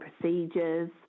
procedures